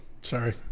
sorry